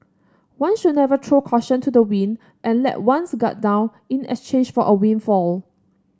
one should never throw caution to the wind and let one's guard down in exchange for a windfall